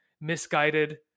misguided